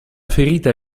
ferita